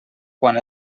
quan